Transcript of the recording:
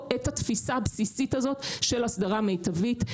את התפיסה הבסיסית הזאת של אסדרה מיטבית.